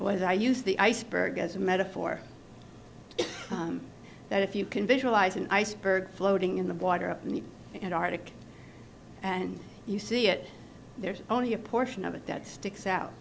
was i used the iceberg as a metaphor that if you can visualize an iceberg floating in the water in the antarctic and you see it there's only a portion of it that sticks out